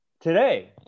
today